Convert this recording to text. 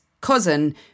cousin